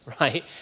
right